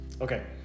Okay